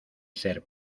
ser